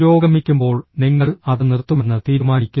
പുരോഗമിക്കുമ്പോൾ നിങ്ങൾ അത് നിർത്തുമെന്ന് തീരുമാനിക്കുന്നു